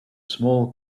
small